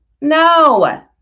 no